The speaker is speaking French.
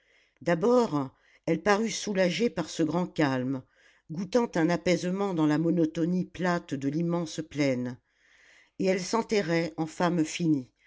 d'abord elle parut soulagée par ce grand calme goûtant un apaisement dans la monotonie plate de l'immense plaine et elle s'enterrait en femme finie